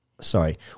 sorry